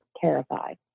terrified